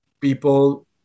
people